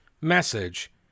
message